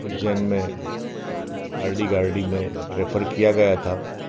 उज्जैन में आर्डी गार्डी में रेफ़र किया गया था